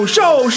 Show